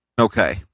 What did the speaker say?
Okay